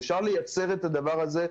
ואפשר לייצר את הדבר הזה,